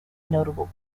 notable